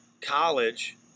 college